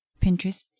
Pinterest